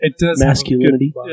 masculinity